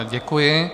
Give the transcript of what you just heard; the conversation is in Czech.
Děkuji.